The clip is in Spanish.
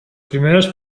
primeros